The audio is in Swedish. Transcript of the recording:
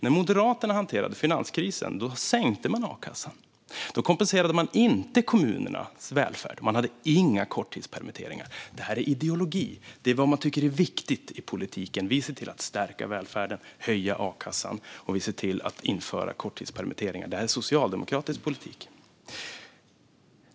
När Moderaterna hanterade finanskrisen sänkte man a-kassan. Man kompenserade inte kommunernas välfärd. Man hade inga korttidspermitteringar. Det här är ideologi. Det är vad man tycker är viktigt i politiken. Vi ser till att stärka välfärden, höja a-kassan och införa korttidspermitteringar. Det är socialdemokratisk politik.